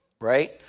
right